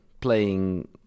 playing